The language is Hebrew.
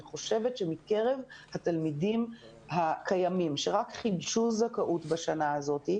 אני חושבת שמקרב התלמידים הקיימים שרק חידשו זכאות בשנה הזאת,